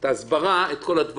את ההסברה, את כל הדברים.